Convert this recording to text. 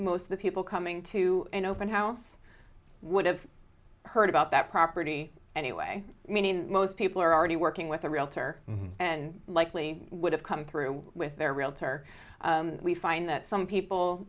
most of the people coming to an open house would have heard about that property anyway meaning most people are already working with a realtor and likely would have come through with their realtor we find that some people